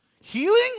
Healing